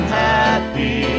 happy